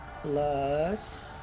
plus